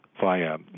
via